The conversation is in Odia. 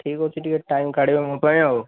ହଁ ଠିକ୍ ଅଛି ଟିକିଏ ଟାଇମ କାଢ଼ିବେ ମୋ ପାଇଁ ଆଉ